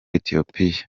ethiopia